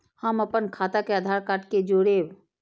हम अपन खाता के आधार कार्ड के जोरैब?